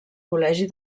col·legi